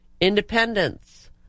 Independence